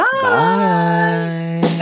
Bye